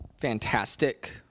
fantastic